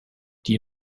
you